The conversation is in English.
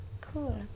cool